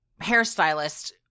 hairstylist